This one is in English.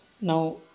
Now